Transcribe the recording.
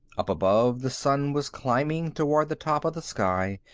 up above, the sun was climbing toward the top of the sky,